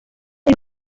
ibi